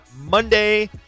Monday